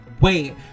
wait